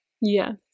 Yes